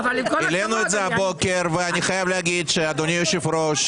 העלינו את זה הבוקר ואני חייב להגיד שאדוני היושב-ראש